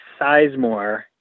Sizemore